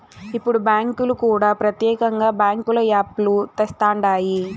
ఇప్పుడు బ్యాంకులు కూడా ప్రత్యేకంగా బ్యాంకుల యాప్ లు తెస్తండాయి